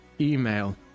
email